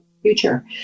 Future